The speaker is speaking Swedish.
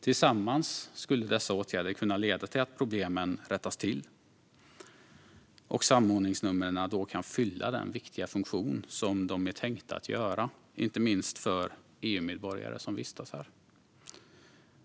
Tillsammans skulle dessa åtgärder kunna leda till att problemen rättas till och att samordningsnumren kan fylla den viktiga funktion som de är tänkta att göra, inte minst för EU-medborgare som vistas här.